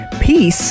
peace